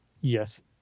Yes